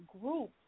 group